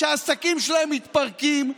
שהעסקים שלהם מתפרקים,